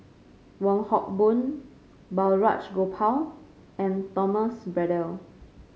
Wong Hock Boon Balraj Gopal and Thomas Braddell